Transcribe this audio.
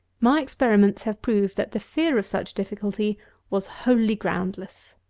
my experiments have proved that the fear of such difficulty was wholly groundless.